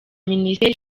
minisiteri